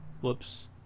whoops